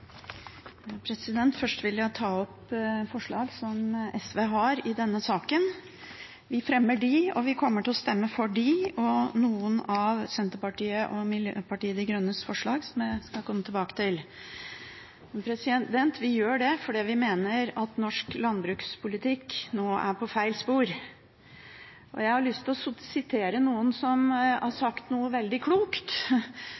noen av Senterpartiets og Miljøpartiet De Grønnes forslag, som jeg skal komme tilbake til. Vi gjør det fordi vi mener at norsk landbrukspolitikk nå er på feil spor. Jeg har lyst til å sitere noen som har sagt noe veldig klokt,